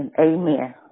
amen